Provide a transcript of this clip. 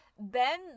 Ben